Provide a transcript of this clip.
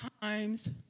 times